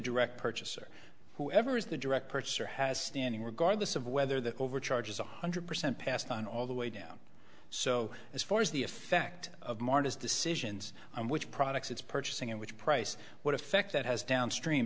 direct purchaser whoever is the direct purchaser has standing regardless of whether the overcharge is one hundred percent passed on all the way down so as far as the effect of marta's decisions on which products it's purchasing and which price what effect that has downstream